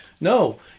No